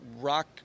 Rock